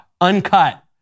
uncut